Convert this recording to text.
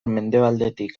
mendebaldetik